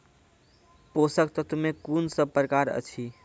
पोसक तत्व मे कून सब प्रकार अछि?